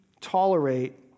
tolerate